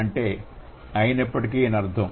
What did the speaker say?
అంటే అయినప్పటికీ అని అర్థం